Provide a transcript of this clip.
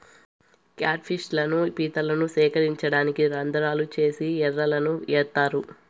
cat fish లను, పీతలను సేకరించడానికి రంద్రాలు చేసి ఎరలను ఏత్తారు